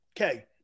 okay